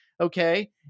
okay